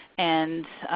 and